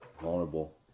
vulnerable